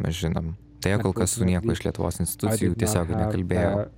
mes žinom deja kol kas su niekuo iš lietuvos institucijų tiesiogiai nekalbėjau